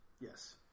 Yes